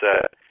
set